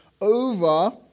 over